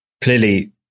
Clearly